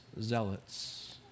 zealots